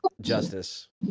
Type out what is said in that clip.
justice